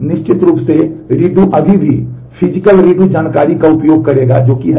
निश्चित रूप से रीडू अभी भी फिजिकल रीडू जानकारी का उपयोग करेगा जो कि है